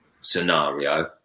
scenario